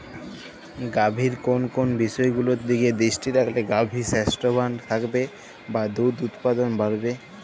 গাভীর কোন কোন বিষয়গুলোর দিকে দৃষ্টি রাখলে গাভী স্বাস্থ্যবান থাকবে বা দুধ উৎপাদন বাড়বে?